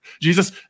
Jesus